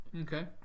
Okay